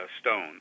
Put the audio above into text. stone